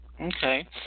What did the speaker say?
Okay